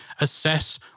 assess